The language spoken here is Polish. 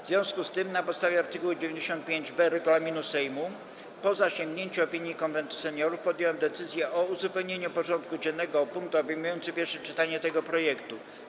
W związku z tym, na podstawie art. 95b regulaminu Sejmu, po zasięgnięciu opinii Konwentu Seniorów, podjąłem decyzję o uzupełnieniu porządku dziennego o punkt obejmujący pierwsze czytanie tego projektu.